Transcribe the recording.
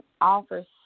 offers